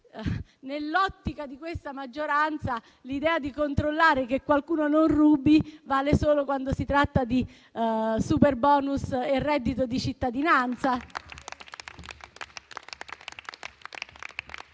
nell'ottica di questa maggioranza, l'idea di controllare che qualcuno non rubi vale solo quando si tratta di superbonus e reddito di cittadinanza).